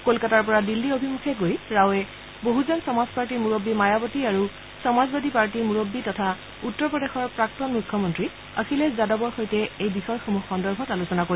কলকাতাৰ পৰা দিল্লী অভিমুখে গৈ ৰাওৱে বহুজন সমাজ পাৰ্টীৰ মুৰববী মায়াৱতী আৰু সমাজবাদী পাৰ্টীৰ মুৰববী তথা উত্তৰ প্ৰদেশৰ প্ৰাক্তন মুখ্যমন্ত্ৰী অখিলেশ যাদৱৰ সৈতে এই বিষয়সমূহ সন্দৰ্ভত আলোচনা কৰিব